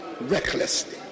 recklessly